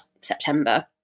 September